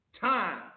time